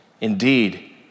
Indeed